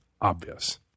obvious